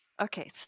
Okay